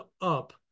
up